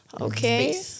Okay